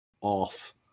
off